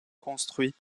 construit